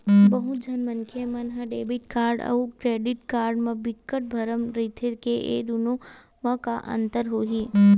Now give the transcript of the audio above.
बहुत झन मनखे मन ह डेबिट कारड अउ क्रेडिट कारड म बिकट भरम रहिथे के ए दुनो म का अंतर होही?